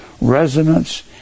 resonance